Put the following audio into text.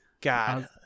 God